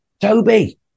toby